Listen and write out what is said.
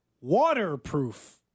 waterproof